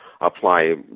apply